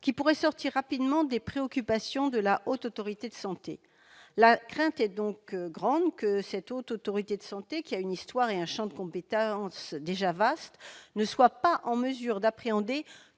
qui pourraient sortir rapidement des préoccupations de la Haute Autorité de santé. La crainte est donc grande que la HAS, qui a une histoire et un champ de compétences déjà vaste, ne soit pas en mesure d'appréhender